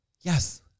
Yes